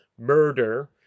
murder